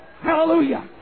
Hallelujah